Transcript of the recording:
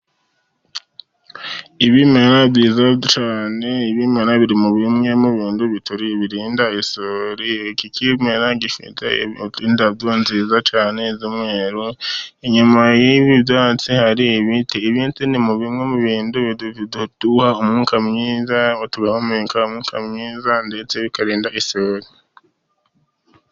Ibimera ni byiza cyane, ibimera biri mu bimwe mu bintu birinda isuri, birinda iki kimera gifite indabyo nziza cyane z'umweru, inyuma y'ibi byatsi, hari ibiti, ibiti ni bimwe mu bintu biduha umwuka mwiza, tugahumeka umwuka mwiza, ndetse bikarinda isuri.